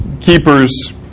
keepers